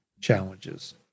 challenges